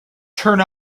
turn